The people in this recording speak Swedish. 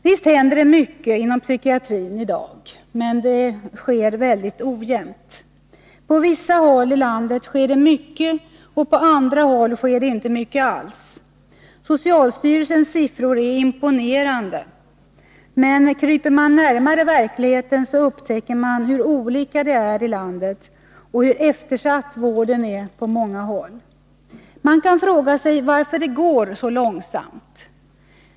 Visst händer det mycket inom psykiatrin i dag, men mycket ojämnt. På vissa håll i landet sker det mycket, och på andra håll sker det inte alls mycket. Socialstyrelsens siffror är imponerande. Men kryper man närmare verkligheten, upptäcker man hur olika det är i landet och hur eftersatt vården är på många håll. Man kan fråga sig varför det går så långsamt.